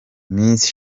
miss